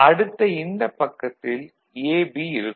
அடுத்த இந்தப் பக்கத்தில் AB இருக்கும்